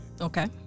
Okay